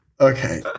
Okay